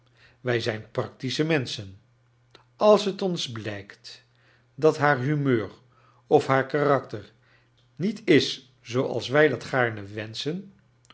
wij zijn practische menschen als het ons blijkt dat haar hutneur of haar karaktcr niet is zooals wii dat gaarne wensohen